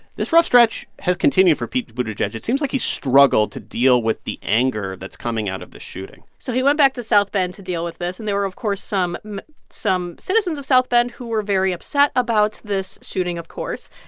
this rough stretch has continued for pete buttigieg. it seems like he's struggled to deal with the anger that's coming out of this shooting so he went back to south bend to deal with this. and there were, of course, some some citizens of south bend who were very upset about this shooting, of course.